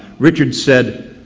richard said,